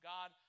God